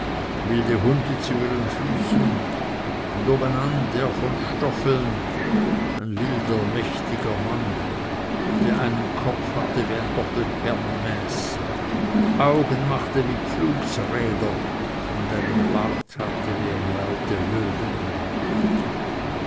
wilde hunde zu ihren füßen und obenan der von stoffeln ein wilder mächtiger mann der einen kopf hatte wie ein doppelt bernmäß augen machte wie pflugsräder und einen bart hatte wie eine alte